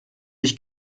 ich